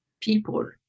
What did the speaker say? people